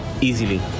easily